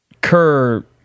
Kerr